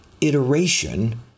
iteration